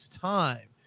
time